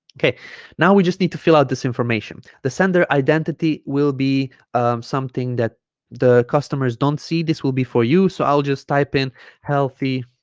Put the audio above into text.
okay now we just need to fill out this information the sender identity will be something that the customers don't see this will be for you so i'll just type in healthy